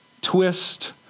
twist